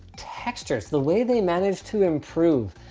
textures, the way they manage to improve,